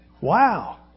Wow